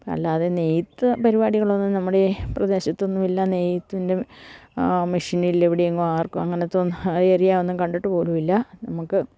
അല്ലാതെ നെയ്ത്ത് പരിപാടികളൊന്നും നമ്മുടെ പ്രദേശത്തൊന്നുമില്ല നെയ്ത്തിൻ്റെ മെഷിനില്ല ഇവിടെങ്ങും ആർക്കും അങ്ങനത്തെ ഒന്നും ആ ഏര്യാ ഒന്നും കണ്ടിട്ടുപോലുമില്ല നമുക്ക്